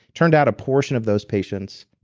turned out a portion of those patients,